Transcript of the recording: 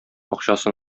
акчасын